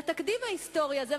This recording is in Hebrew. לתקדים ההיסטורי הזה,